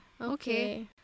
Okay